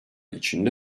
içinde